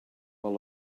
all